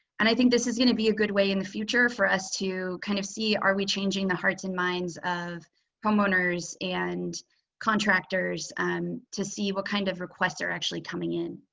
and i think this is going to be a good way in the future for us to kind of see, are we changing the hearts and minds of homeowners and contractors um to see what kind of requests are actually coming in.